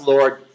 Lord